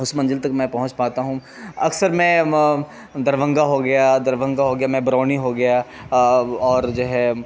اس منزل تک میں پہنچ پاتا ہوں اکثر میں دربھنگہ ہو گیا دربھنگہ ہو گیا میں برونی ہو گیا اور جو ہے